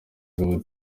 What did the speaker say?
gabo